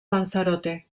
lanzarote